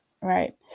Right